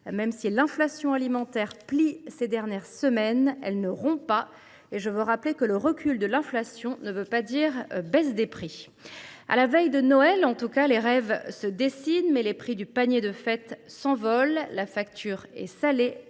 Même si l’inflation alimentaire plie ces dernières semaines, elle ne rompt pas. Je rappelle par ailleurs que recul de l’inflation ne signifie pas baisse des prix. À la veille de Noël, les rêves se dessinent, mais les prix du panier de fêtes s’envolent, et la facture est salée.